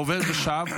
בעובר ושב,